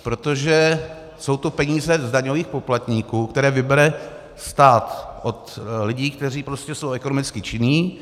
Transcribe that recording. Protože to jsou peníze daňových poplatníků, které vybere stát od lidí, kteří jsou ekonomicky činní.